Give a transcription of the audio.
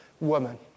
woman